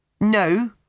No